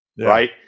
right